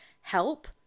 help